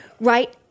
Right